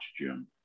Jim